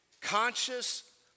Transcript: conscious